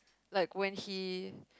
like when he